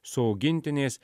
su augintiniais